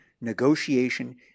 negotiation